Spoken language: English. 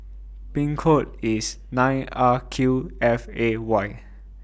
nine R Q F A Y